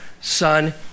Son